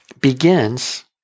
begins